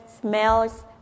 smells